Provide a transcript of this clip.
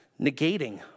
negating